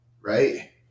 right